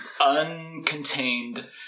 Uncontained